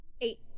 eight